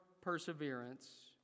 perseverance